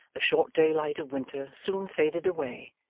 the short daylight of winter soon faded away,